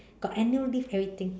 got annual leave everything